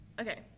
okay